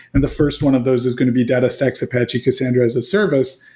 and the first one of those is going to be datastax apache cassandra as a service.